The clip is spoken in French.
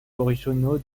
originaux